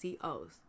COs